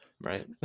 right